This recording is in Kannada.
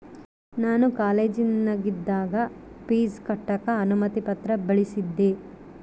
ನಾನು ಕಾಲೇಜಿನಗಿದ್ದಾಗ ಪೀಜ್ ಕಟ್ಟಕ ಅನುಮತಿ ಪತ್ರ ಬಳಿಸಿದ್ದೆ